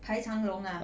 排长龙 ah